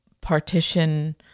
partition